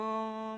במקום